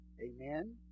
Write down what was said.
Amen